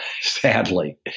sadly